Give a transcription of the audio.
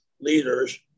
leaders